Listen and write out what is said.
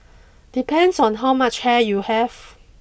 depends on how much hair you have